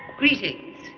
greetings.